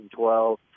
2012